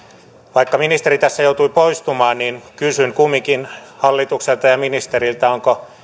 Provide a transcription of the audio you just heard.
vaikka ministeri tässä joutui poistumaan niin kysyn kumminkin hallitukselta ja ministeriltä ovatko